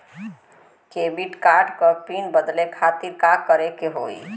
Debit card क PIN बदले खातिर का करेके होई?